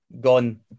gone